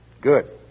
Good